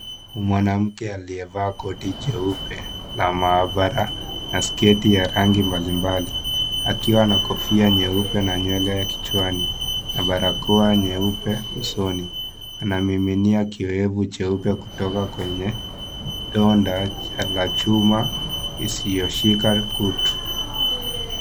Mwanamke aliyevaa koti jeupe la mahabara na sketi ya rangi mbalimbali. Akiwa na kofia nyeupe na nywele kichwani na barakoa nyeupe usoni. Anamiminia kiyowevu jeupe kutoka kwenye ndoo la chuma, isiyoshika kutuma.